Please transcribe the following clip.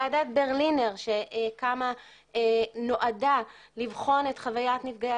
ועדת ברלינר שקמה ונועדה לבחון את חווית נפגעי